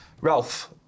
Ralph